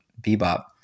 bebop